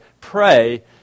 Pray